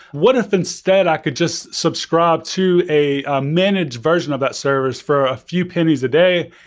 what if instead i could just subscribe to a a managed version of that service for a few pennies a day,